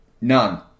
None